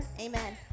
amen